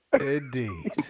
Indeed